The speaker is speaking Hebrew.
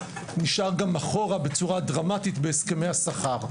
נשאב אחורה בצורה דרמטית בהסכמי השכר.